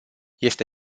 este